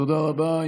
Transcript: תודה רבה.